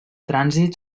trànsit